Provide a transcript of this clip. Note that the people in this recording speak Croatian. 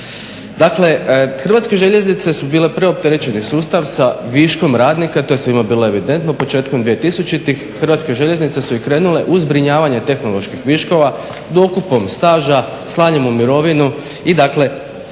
Dakle Hrvatske željeznice su bile preopterećeni sustav sa viškom radnika, to je svima bilo evidentno početkom 2000. Hrvatske željeznice su i krenule u zbrinjavanje tehnoloških viškova dokupom staža, slanjem u mirovinu i plan